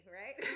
right